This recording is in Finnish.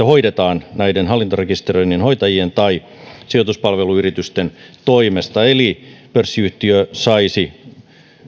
hoidetaan hallintorekisteröinnin hoitajien tai sijoituspalveluyritysten toimesta eli pörssiyhtiö saisi